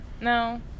No